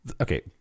okay